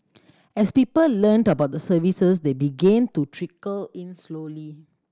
as people learnt about the services they began to trickle in slowly